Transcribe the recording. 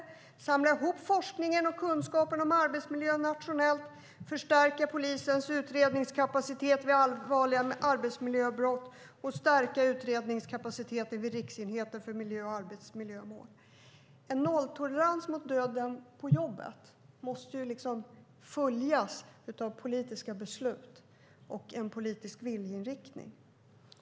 Man kan samla ihop forskningen och kunskapen om arbetsmiljön nationellt, förstärka polisens utredningskapacitet vid allvarliga arbetsmiljöbrott och stärka utredningskapaciteten vid Riksenheten för miljö och arbetsmiljömål. En nolltolerans mot döden på jobbet måste följas av politiska beslut och en politisk viljeinriktning.